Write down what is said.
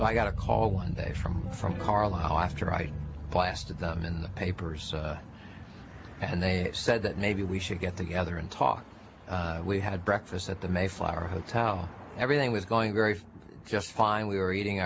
but i got a call one day from from carlisle after i blasted them in the papers and they said that maybe we should get together and talk we had breakfast at the mayflower hotel everything was going very just fine we were eating